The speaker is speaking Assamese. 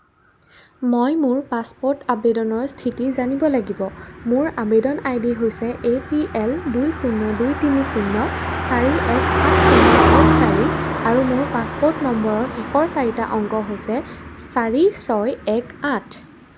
মই মোৰ পাছপোৰ্ট আবেদনৰ স্থিতি জানিব লাগিব মোৰ আবেদন আই ডি হৈছে এ পি এল দুই শূন্য দুই তিনি শূন্য চাৰি এক সাত শূন্য এক চাৰি আৰু মোৰ পাছপোৰ্ট নম্বৰৰ শেষৰ চাৰিটা অংক হৈছে চাৰি ছয় এক আঠ